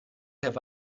have